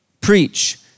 preach